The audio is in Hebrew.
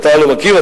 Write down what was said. אתה לא מכיר,